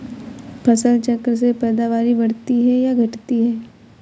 फसल चक्र से पैदावारी बढ़ती है या घटती है?